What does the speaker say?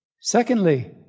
Secondly